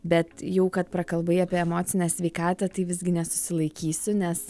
bet jau kad prakalbai apie emocinę sveikatą tai visgi nesusilaikysiu nes